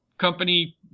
company